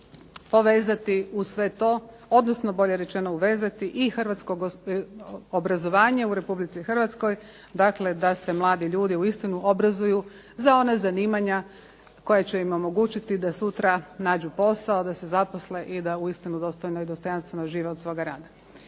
važno povezati uz sve to, odnosno bolje rečeno uvezati i hrvatsko obrazovanje u Republici Hrvatskoj, dakle da se mladi ljudi uistinu obrazuju za ona zanimanja koja će im omogućiti da sutra nađu posao da se zaposle i da uistinu dostojno i dostojanstveno žive od svoga rada. Evo